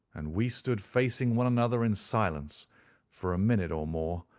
and we stood facing one another in silence for a minute or more,